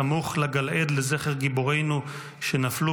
בסמוך לגַלעֵד לזכר גיבורינו שנפלו